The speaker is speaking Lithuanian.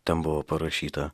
ten buvo parašyta